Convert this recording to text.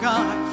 God